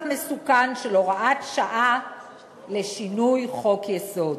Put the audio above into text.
מסוכן של הוראת שעה לשינוי חוק-יסוד.